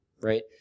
right